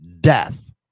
death